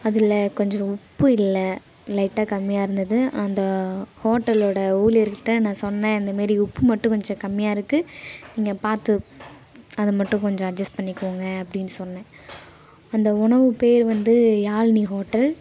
அதில் கொஞ்சரம் உப்பு இல்லை லைட்டாக கம்மியாக இருந்தது அந்த ஹோட்டலோட ஊழியர்கிட்ட நான் சொன்னேன் இந்த மாதிரி உப்பு மட்டும் கொஞ்சம் கம்மியாக இருக்குது நீங்கள் பார்த்து அது மட்டும் கொஞ்சம் அட்ஜெஸ்ட் பண்ணிக்கோங்க அப்டினு சொன்னேன் அந்த உணவு பேர் வந்து யாழினி ஹோட்டல்